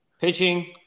Pitching